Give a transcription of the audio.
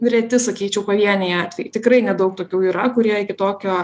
reti sakyčiau pavieniai atvejai tikrai nedaug tokių yra kurie iki tokio